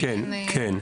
אין --- כן.